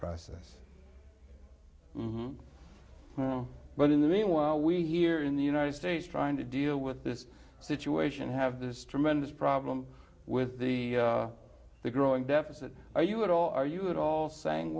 process but in the meanwhile we here in the united states trying to deal with this situation have this tremendous problem with the the growing deficit are you at all are you at all saying